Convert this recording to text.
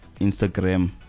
Instagram